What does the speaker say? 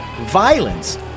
violence